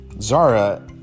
Zara